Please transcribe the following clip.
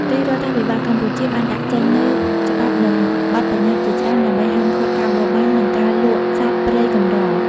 រាជរដ្ឋាភិបាលកម្ពុជាបានដាក់ចេញនូវ ច្បាប់និងបទបញ្ញត្តិជាច្រើនដើម្បីហាមឃាត់ការបរបាញ់ និងការលក់សត្វព្រៃកម្រ។